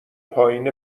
پایین